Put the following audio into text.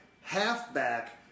halfback